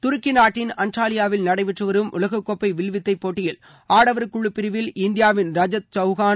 துருக்கி நாட்டின் அன்டாலியாவில் நடைபெற்று வரும் உலகக் கோப்பை வில்வித்தை போட்டியில் ஆடவர் குழு பிரிவில் இந்தியாவின் ரஜத் சவுஹான்